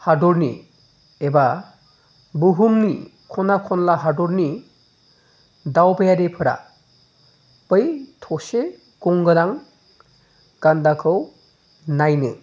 हादरनि एबा बुहुमनि खना खनला हादरनि दावबायारिफोरा बै थसे गं गोनां गान्दाखौ नायनो